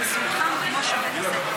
ארבעה חודשים.